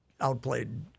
outplayed